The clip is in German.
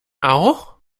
auch